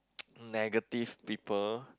negative people